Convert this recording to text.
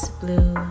blue